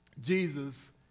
Jesus